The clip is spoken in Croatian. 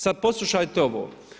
Sad poslušajte ovo.